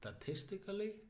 Statistically